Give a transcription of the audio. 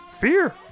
fear